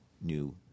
new